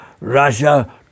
Russia